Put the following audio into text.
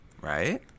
Right